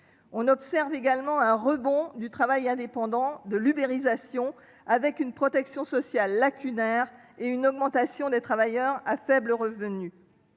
On observe également un rebond du travail indépendant, de l'ubérisation, avec une protection sociale lacunaire et une augmentation du nombre de travailleurs à faibles revenus.